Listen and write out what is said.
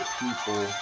people